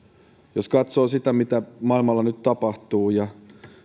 jos katsoo sitä mitä maailmalla nyt tapahtuu ja